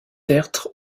tertre